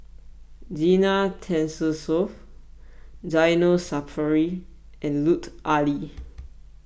Zena Tessensohn Zainal Sapari and Lut Ali